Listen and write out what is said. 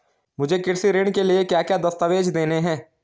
मुझे कृषि ऋण के लिए क्या क्या दस्तावेज़ देने हैं?